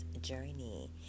journey